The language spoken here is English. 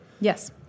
Yes